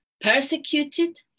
persecuted